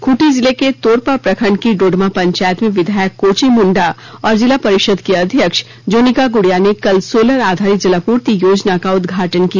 खूंटी जिले के तोरपा प्रखंड की डोडमा पंचायत में विधायक कोचे मुंडा और जिला परिषद की अध्यक्ष जोनिका गुड़िया ने कल सोलर आधारित जलापूर्ति योजना का उद्घाटन किया